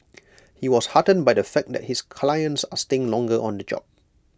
he was heartened by the fact that his clients are staying longer on the job